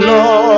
Lord